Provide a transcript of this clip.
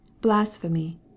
blasphemy